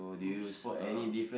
!oops! uh